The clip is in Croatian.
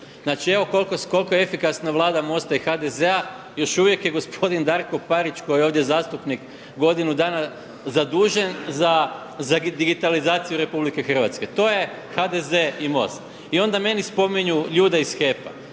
Znači evo koliko je efikasna Vlada MOST-a i HDZ-a još uvijek je gospodin Darko Parić koji je ovdje zastupnik godinu dana zadužen za digitalizaciju RH. To je HDZ i MOST. I onda meni spominju ljude iz HEP-a.